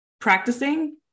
practicing